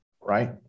right